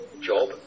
job